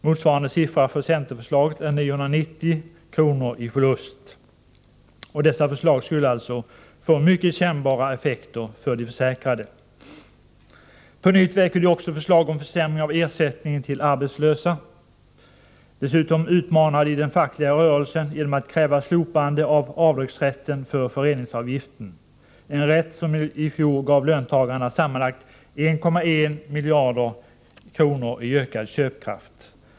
Motsvarande siffra för centerförslaget är 990 kr. Dessa förslag skulle alltså få mycket kännbara effekter för de försäkrade. På nytt väcker moderaterna också förslag om försämring av ersättningen till arbetslösa. Dessutom utmanar de den fackliga rörelsen genom att kräva slopande av rätten till avdrag för fackföreningsavgiften, den rätt som i fjol gav löntagarna sammanlagt 1,1 miljarder i ökad köpkraft.